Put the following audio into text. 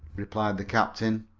replied the captain.